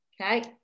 Okay